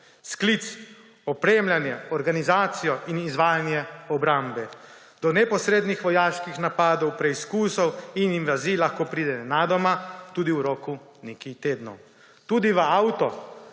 Sklic, opremljanje, organizacije in izvajanja obrambe ob neposrednih vojaških napadih, preizkusih in invazijah lahko pride nenadoma, tudi v roku nekaj tednov. Tudi v avto